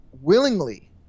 willingly